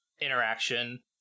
interaction